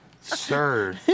sir